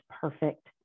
perfect